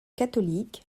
catholique